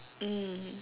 mm